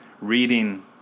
reading